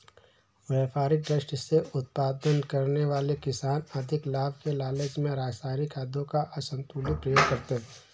व्यापारिक दृष्टि से उत्पादन करने वाले किसान अधिक लाभ के लालच में रसायनिक खादों का असन्तुलित प्रयोग करते हैं